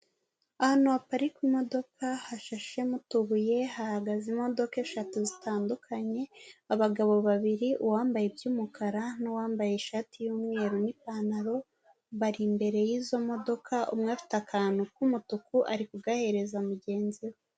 Ahantu haparika imodoka hashashemo utubuye, hahagaze imodoka eshatu zitandukanye, abagabo babiri, uwambaye iby'umukara n'uwambaye ishati y'umweru n'ipantaro, bari imbere y'izo modoka umwe afite akantu k'umutuku ari kugahereza mugenzi we.